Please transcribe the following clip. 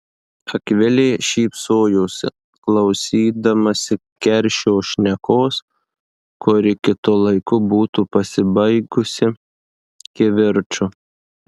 akvilė šypsojosi klausydamasi keršio šnekos kuri kitu laiku būtų pasibaigusi kivirču